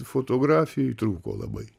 fotografijai trūko labai